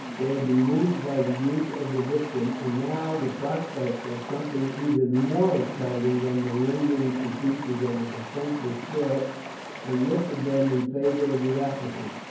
they had been moved by the youth of the victim, and now the prospects of something even more exciting than the rending to pieces of a defenceless girl enlisted them in favour of the applicant.